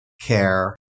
care